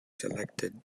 selected